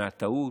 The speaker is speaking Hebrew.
מהטעות,